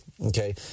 okay